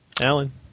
Alan